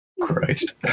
Christ